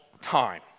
time